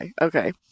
okay